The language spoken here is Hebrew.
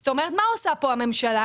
זאת אומרת, מה עושה פה הממשלה?